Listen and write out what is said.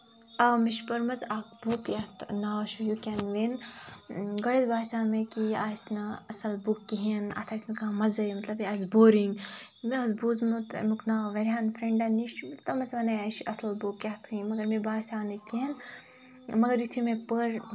آ مےٚ چھِ پٔرمٕژ اکھ بُک یَتھ ناو چھُ یو کین وِن گۄڈٕنیٚتھ باسیٚو مےٚ کہِ یہِ آسہِ نہ اَصٕل بُک کِہینۍ اَتھ آسہِ نہٕ کانہہ مَزے مطلب یہِ آسہِ بورِنگ مےٚ اوس بوٗزمُت اَمیُک ناو واریاہن فرینڈن نِش تِم ٲسۍ ونان یہِ چھِ اَصٕل بُک کیاہ تٲم مَگر مےٚ باسیٚو نہٕ کِہینۍ مَگر یتُھے مےٚ پٔر